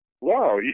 Wow